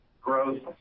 growth